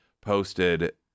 posted